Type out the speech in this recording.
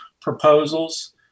proposals